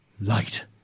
light